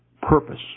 Purpose